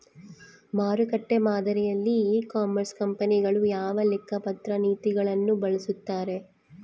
ಮಾರುಕಟ್ಟೆ ಮಾದರಿಯಲ್ಲಿ e commerce ಕಂಪನಿಗಳು ಯಾವ ಲೆಕ್ಕಪತ್ರ ನೇತಿಗಳನ್ನು ಬಳಸುತ್ತಾರೆ?